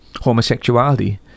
homosexuality